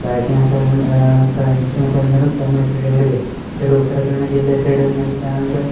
ಪ್ರಾಚೀನ ಕಾಲದಿಂದ ಪ್ರಾಚೀನ ಕಾಲ್ದಿಂದಲೂ ಗ್ರಾಮೀಣ ಕ್ರೀಡೆಗಳಿವೆ ಅದರಲ್ಲೂ ಉತ್ತರ ಕನ್ನಡ ಜಿಲ್ಲೆ ಸೈಡಿನಂತ ಅಂದರೆ